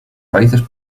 raíces